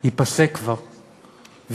ייפסק כבר,